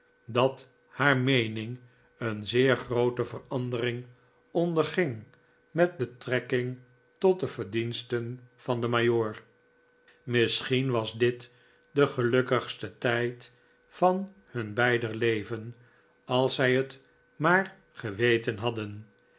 dat haar meening een zeer groote verandering onderging met betrekking tot de verdiensten van den majoor misschien was dit de gelukkigste tijd van hun beider leven als zij het maar geweten hadden